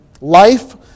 life